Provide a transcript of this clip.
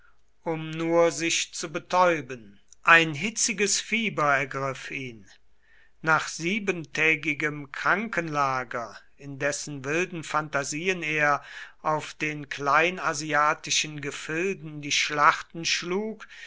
um nur sich zu betäuben ein hitziges fieber ergriff ihn nach siebentägigem krankenlager in dessen wilden phantasien er auf den kleinasiatischen gefilden die schlachten schlug